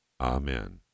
Amen